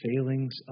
failings